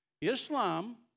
Islam